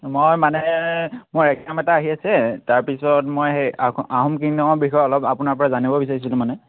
মই মানে মোৰ এক্সাম এটা আহি আছে তাৰপিছত মই সেই আখো আহোম কিংডমৰ বিষয়ে অলপ আপোনাৰ পৰা জানিব বিচাৰিছিলোঁ মানে